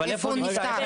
אבל איפה הוא נפטר?